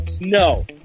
No